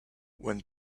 when